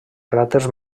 cràters